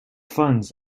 funds